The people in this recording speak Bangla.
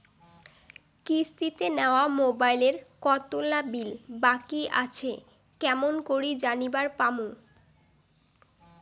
কিস্তিতে নেওয়া মোবাইলের কতোলা বিল বাকি আসে কেমন করি জানিবার পামু?